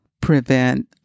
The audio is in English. prevent